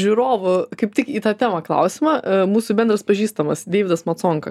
žiūrovų kaip tik į tą temą klausimą a mūsų bendras pažįstamas deividas maconka